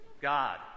God